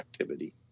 activity